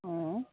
অঁ